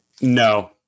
No